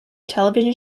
television